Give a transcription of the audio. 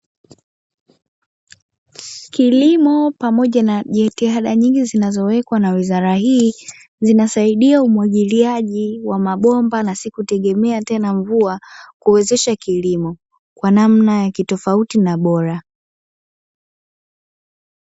Kilimo pamoja na jitihada nyingi, zianzowekwa na wizara hii zinasaidia umwagiliaji wa mabomba na si kutegemea tena mvua ,kuwezesha kilimo kwa namna ya kitofauti na bora.